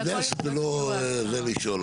אני יודע שזה לא זה לשאול,